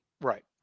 right